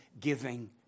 giving